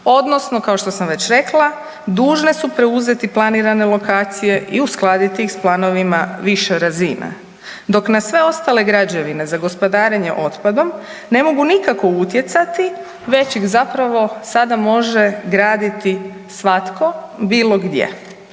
odnosno kao što sam već rekla dužne su preuzeti planirane lokacije i uskladiti ih s planovima više razine. Dok na sve ostale građevine za gospodarenje otpadom ne mogu nikako utjecati već ih zapravo sada može graditi svatko bilo gdje,